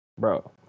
Bro